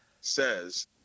says